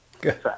Good